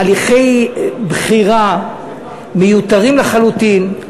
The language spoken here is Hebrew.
הליכי בחירה מיותרים לחלוטין,